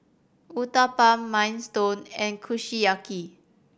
Uthapam Minestrone and Kushiyaki